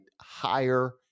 higher